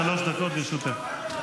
בבקשה.